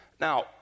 Now